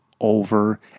over